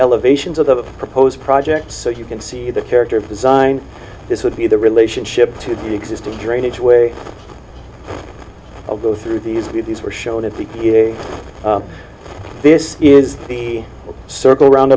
elevations of the proposed project so you can see the character of design this would be the relationship to the existing drainage way of go through these these were shown in the this is the circle around